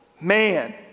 man